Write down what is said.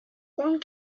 one